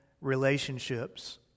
relationships